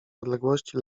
odległości